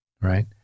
right